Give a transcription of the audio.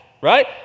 Right